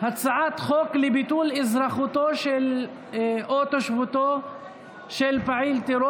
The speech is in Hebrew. הצעת חוק לביטול אזרחותו או תושבותו של פעיל טרור